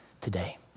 today